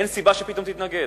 אין סיבה שפתאום תתנגד.